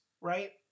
right